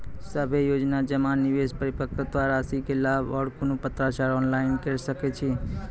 सभे योजना जमा, निवेश, परिपक्वता रासि के लाभ आर कुनू पत्राचार ऑनलाइन के सकैत छी?